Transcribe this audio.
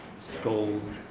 scold,